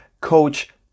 coach